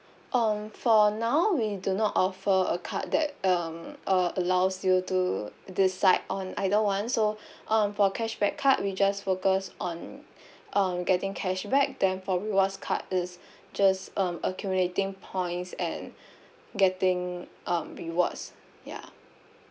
um for now we do not offer a card that um uh allows you to decide on either one so um for cashback card we just focus on um getting cashback then for rewards card is just um accumulating points and getting um rewards ya